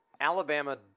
Alabama